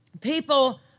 people